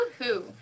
Woohoo